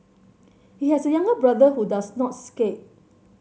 he has a younger brother who does not skate